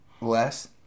less